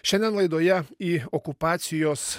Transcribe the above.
šiandien laidoje į okupacijos